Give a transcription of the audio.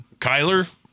Kyler